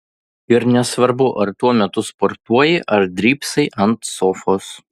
ir nesvarbu ar tuo metu sportuoji ar drybsai ant sofos